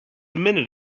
minute